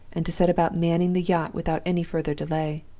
and to set about manning the yacht without any further delay.